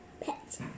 Pet